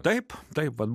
taip tai vat